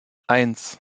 eins